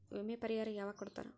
ವಿಮೆ ಪರಿಹಾರ ಯಾವಾಗ್ ಕೊಡ್ತಾರ?